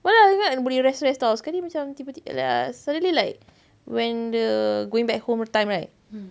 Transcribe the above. mula-mula ingat boleh rest rest [tau] sekali macam tiba like err sekali like when the going back home nya time right